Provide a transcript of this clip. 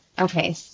Okay